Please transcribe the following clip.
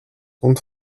und